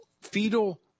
fetal